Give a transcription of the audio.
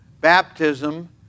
Baptism